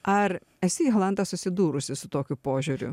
ar esi jolanta susidūrusi su tokiu požiūriu